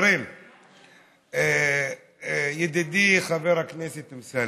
חברים, ידידי חבר הכנסת אמסלם,